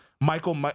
Michael